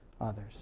others